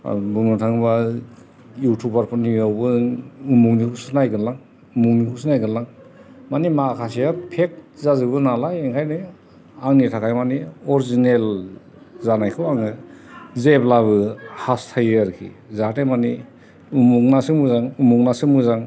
बुंनो थाङोबा इउटुबार फोरनियावबो उमुखनिखौसो नायगोनलां उमुखनिखौसो नायगोनलां माने माखासेया फेक जाजोबो नालाय ओंखायनो आंनि थाखाय माने अरजिनेल जानायखौ आङो जेब्लाबो हास्थायो आरोखि जाहाथे माने उमुखनासो मोजां उमुख आसो मोजां